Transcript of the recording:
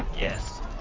yes